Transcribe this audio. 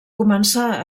començà